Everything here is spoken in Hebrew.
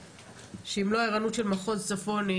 שאם לא הערנות של מחוז צפון,